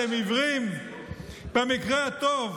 אתם עיוורים במקרה הטוב,